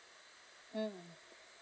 mmhmm